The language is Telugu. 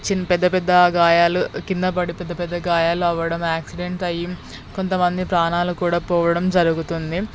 చిన్ పెద్ద పెద్ద గాయాలు కింద పడి పెద్ద పెద్ద గాయాలు అవ్వడం యాక్సిడెంట్ అయ్యి కొంతమంది ప్రాణాలు కూడా పోవడం జరుగుతుంది